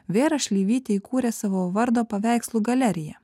vėra šleivytė įkūrė savo vardo paveikslų galeriją